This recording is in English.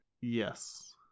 Yes